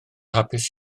hapus